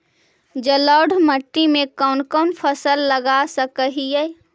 जलोढ़ मिट्टी में कौन कौन फसल लगा सक हिय?